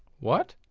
what?